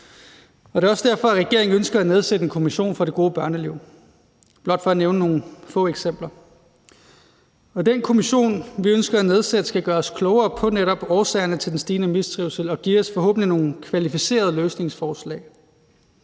det er også derfor, at regeringen ønsker at nedsætte en kommission for det gode børneliv. Det er blot for at nævne nogle få eksempler. Den kommission, vi ønsker at nedsætte, skal gøre os klogere på netop årsagerne til den stigende mistrivsel og forhåbentlig give os nogle kvalificerede løsningsforslag.